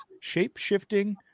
shape-shifting